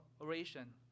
oration